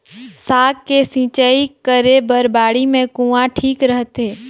साग के सिंचाई करे बर बाड़ी मे कुआँ ठीक रहथे?